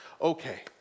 Okay